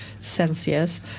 Celsius